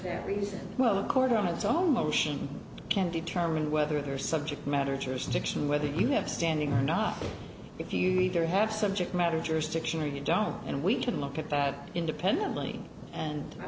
their reason well according to its own motion can determine whether they are subject matter jurisdiction whether you have standing or not if you either have subject matter jurisdiction or you don't and we can look at that independently and